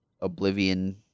oblivion